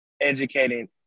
educating